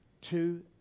Two